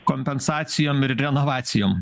kompensacijom ir renovacijom